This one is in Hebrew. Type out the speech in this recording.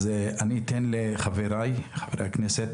אתן את רשות הדיבור לחברי הכנסת.